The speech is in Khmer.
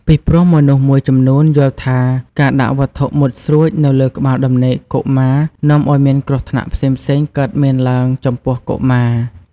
ពីព្រោះមនុស្សមួយចំនួនយល់ថាការដាក់វត្ថុមុតស្រួចនៅលើក្បាលដំណេកកុមារនាំឲ្យមានគ្រោះថ្នាក់ផ្សេងៗកើតមានឡើងចំពោះកុមារ។